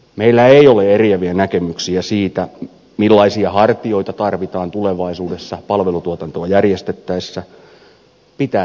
meillä ei ole eriäviä näkemyksiä siitä millaisia hartioita tarvitaan tulevaisuudessa palvelutuotantoa järjestettäessä pitää tehdä yhdessä